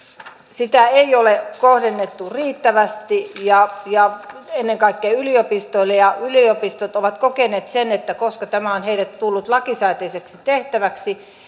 ei ole kohdennettu riittävästi ja ja ennen kaikkea yliopistoille ja yliopistot ovat kokeneet että koska tämä on heille tullut lakisääteiseksi tehtäväksi